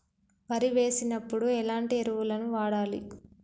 వరి వేసినప్పుడు ఎలాంటి ఎరువులను వాడాలి?